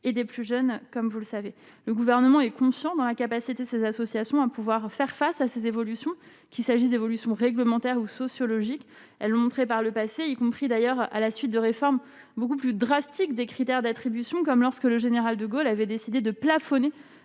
et des plus jeunes, comme vous le savez, le gouvernement est confiant dans la capacité de ces associations à pouvoir faire face à ces évolutions, qu'il s'agit d'évolution réglementaire ou sociologique, elles ont montré par le passé, y compris d'ailleurs à la suite de réformes beaucoup plus drastiques des critères d'attribution comme lorsque le général de Gaulle avait décidé de plafonner